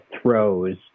throws